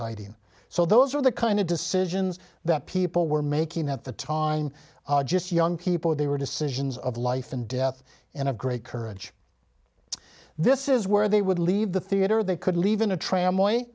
hiding so those are the kind of decisions that people were making at the time just young people they were decisions of life and death and of great courage this is where they would leave the theater they could leave in a tram way